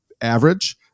average